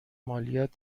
مالیات